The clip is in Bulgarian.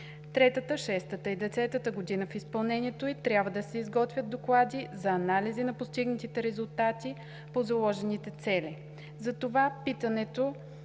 третата, шестата и десетата година в изпълнението й трябва да се изготвят доклади за анализи на постигнатите резултати по заложените цели, затова питането